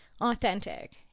authentic